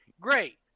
great